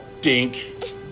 dink